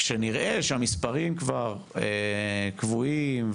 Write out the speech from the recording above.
כשנראה שהמספרים כבר קבועים,